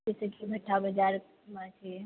जइसे कि मीठा बजारमे छै